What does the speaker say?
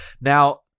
Now